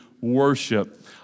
worship